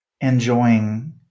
enjoying